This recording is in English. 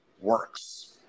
works